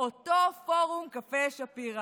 אותו פורום קפה שפירא.